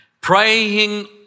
Praying